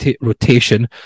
rotation